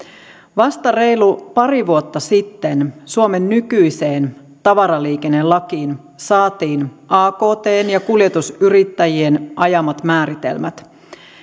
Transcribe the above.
vasta reilu pari vuotta sitten suomen nykyiseen tavaraliikennelakiin saatiin aktn ja kuljetusyrittäjien ajamat määritelmät